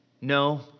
No